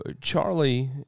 Charlie